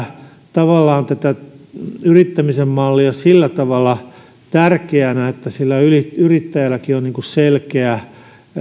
tavallaan tätä yrittämisen mallia sillä tavalla tärkeänä että yrittäjälläkin on selkeä